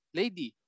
lady